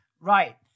Right